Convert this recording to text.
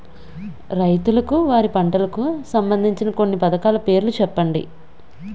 రైతులకు వారి పంటలకు సంబందించిన కొన్ని పథకాల పేర్లు చెప్పండి?